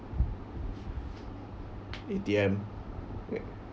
A_T_M